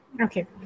Okay